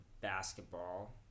basketball